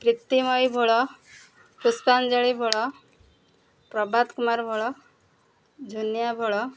Pritimayee Bhol Pushpanjali Bhol Prabhat Kumar Bhol Jhunia Bhol